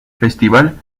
festival